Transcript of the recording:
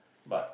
but